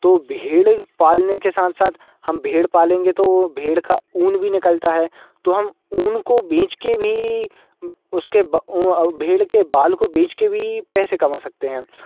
तो भेड़ पालने के साथ साथ हम भेड़ पालेंगे तो वह भेड़ का ऊन भी निकलता है तो हम ऊन को बेच के भी उसके भेड़ के बाल को बेचकर भी पैसे कमा सकते हैं हम